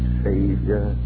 savior